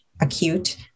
acute